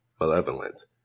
malevolent